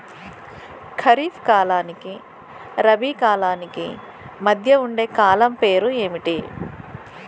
ఖరిఫ్ కాలానికి రబీ కాలానికి మధ్య ఉండే కాలం పేరు ఏమిటి?